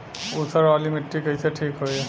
ऊसर वाली मिट्टी कईसे ठीक होई?